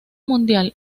mundial